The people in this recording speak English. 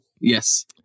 Yes